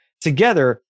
Together